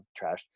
trashed